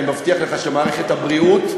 אני מבטיח לך שמערכת הבריאות,